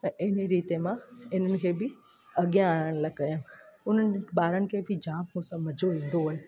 त इन रीति मां इन्हनि खे बि अॻियां आणणु लाइ कयमि उन्हनि ॿारनि खे बि जामु मूं सां मज़ो ईंदो हुओ